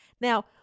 Now